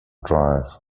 drive